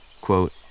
quote